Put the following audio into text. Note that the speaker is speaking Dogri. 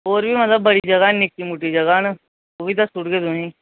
होर बी मतलब बड़ी जगह निक्की मुट्टी जगह न ओह् बी दस्सू उड़गे तुसेंगी